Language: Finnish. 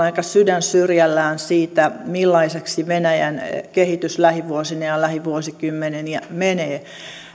aika sydän syrjällään siitä millaiseksi venäjän kehitys lähivuosina ja lähivuosikymmeninä menee